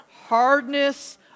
hardness